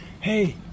hey